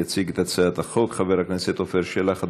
יציג את הצעת החוק חבר הכנסת עפר שלח.